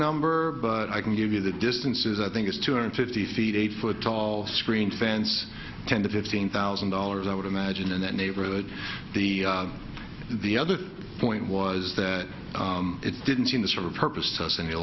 number but i can give you the distances i think is two hundred fifty feet eight foot tall screened fence ten to fifteen thousand dollars i would imagine in that neighborhood the the other point was that it didn't seem to serve a purpose to us any